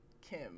Kim